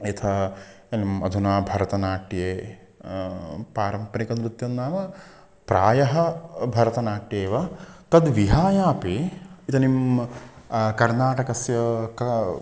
यथा किम् अधुना भरतनाट्ये पारम्परिकनृत्यं नाम प्रायः भरतनाट्येव तद्विहायोपि इदानीं कर्नाटकस्य क